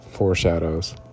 foreshadows